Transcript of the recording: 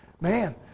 Man